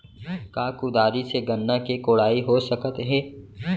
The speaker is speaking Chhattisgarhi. का कुदारी से गन्ना के कोड़ाई हो सकत हे?